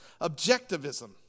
Objectivism